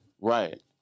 Right